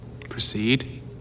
Proceed